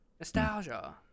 Nostalgia